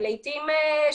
ההליכים.